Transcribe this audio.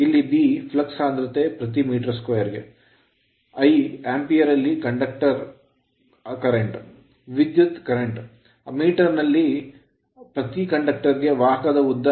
ಇಲ್ಲಿ B flux ಸಾಂದ್ರತೆ ಪ್ರತಿ meter2 ನಾನುಆಂಪಿಯರ್ ನಲ್ಲಿ conductor ವಾಹಕದಲ್ಲಿ aramture ಆರ್ಮೇಚರ್ ವಿದ್ಯುತ್ current ಕರೆಂಟ್ L meter ನಲ್ಲಿ ಪ್ರತಿ conductor ವಾಹಕದ ಉದ್ದ